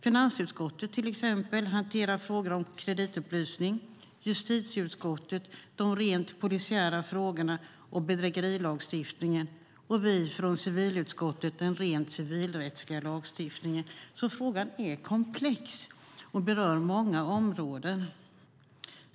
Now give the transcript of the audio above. Finansutskottet, till exempel, hanterar frågor om kreditupplysning, justitieutskottet hanterar de rent polisiära frågorna och bedrägerilagstiftningen och vi från civilutskottet hanterar den rent civilrättsliga lagstiftningen. Frågan är komplex och berör många områden.